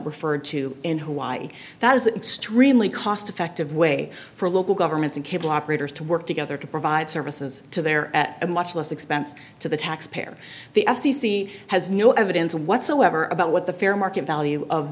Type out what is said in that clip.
referred to in hawaii that is an extremely cost effective way for local governments and cable operators to work together to provide services to their at a much less expense to the taxpayer the f c c has no evidence whatsoever about what the fair market value of